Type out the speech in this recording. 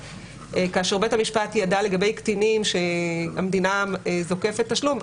כאשר בית המשפט ידע לגבי קטינים שהמדינה זוקפת תשלום,